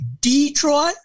Detroit